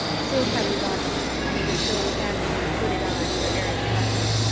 sid hadn't got to him and he was still standing with hooded eyes where erich had left him,